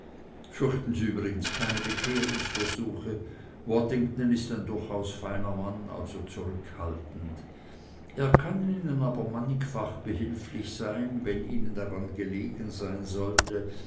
fürchten sie übrigens keine bekehrungsversuche waddington ist ein durchaus feiner mann also zurückhaltend er kann ihnen aber mannigfach behilflich sein wenn ihnen daran gelegen sein sollte